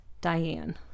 Diane